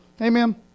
Amen